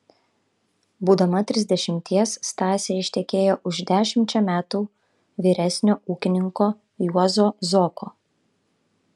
būdama trisdešimties stasė ištekėjo už dešimčia metų vyresnio ūkininko juozo zoko